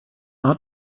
ought